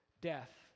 death